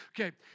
Okay